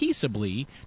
peaceably